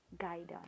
guidance